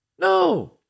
No